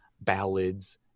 ballads